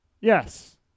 Yes